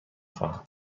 خواهم